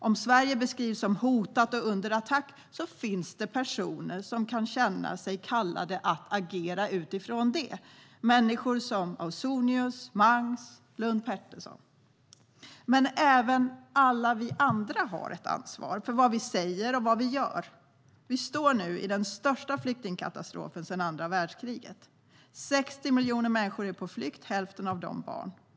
Om Sverige beskrivs som hotat och under attack finns det personer som kan känna sig kallade att agera utifrån det - människor som Ausonius, Mangs och Lundin Pettersson. Men även alla vi andra har ett ansvar för vad vi säger och vad vi gör. Vi står nu i den största flyktingkatastrofen sedan andra världskriget. 60 miljoner människor är på flykt, hälften av dem barn.